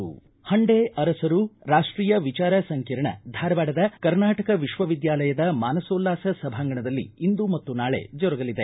ಹಂಡೆ ಅರಸರು ರಾಷ್ಟೀಯ ವಿಚಾರ ಸಂಕಿರಣ ಧಾರವಾಡದ ಕರ್ನಾಟಕ ವಿಶ್ವವಿದ್ಯಾಲಯದ ಮಾನಸೋಲ್ಲಾಸ ಸಭಾಂಗಣದಲ್ಲಿ ಇಂದು ಮತ್ತು ನಾಳೆ ಜರುಗಲಿದೆ